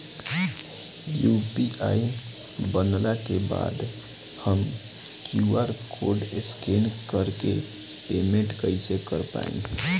UPI बनला के बाद हम क्यू.आर कोड स्कैन कर के पेमेंट कइसे कर पाएम?